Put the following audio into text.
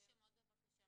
רק בלי שמות, בבקשה.